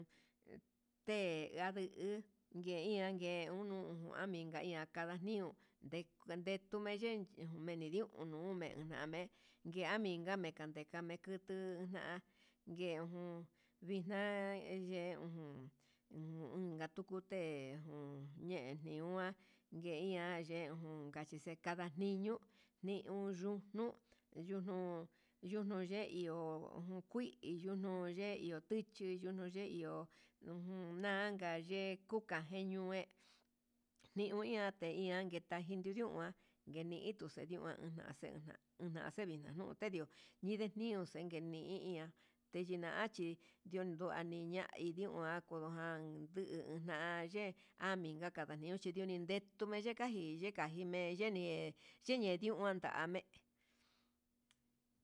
Te'e anduu nguu ngue iha ngue unu ujun naika ihaka, kanraniu nde'e ngua nduke meyen neni nduu nuu ngueme ndame'e ngame kame kuu ndujan nguen ngun vinxan eye ujun un ngatuku te'e ejun ñe'e ñu'a, ngueian ye'e junka'a nixe kaniñuu niun yuu nuu yunu yunu ne iho ujun kui yunuu yee chuy yunu ye iho, ujun naka ye'e yee kuak yenue niuian teñii yangue yinduu nua nitu xenduan naka axeka una xeina nutendio ñinde niu xeni i ian teyinachi ndiunua yeinia kudujan yu'u naye'e andimi kandaniuchi ndio tumendeka ji'i yeka yime'e yene yene ndio nandame'e.